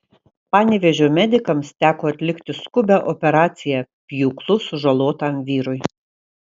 panevėžio medikams teko atlikti skubią operaciją pjūklu sužalotam vyrui